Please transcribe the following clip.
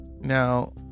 Now